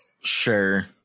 Sure